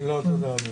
לא, תודה.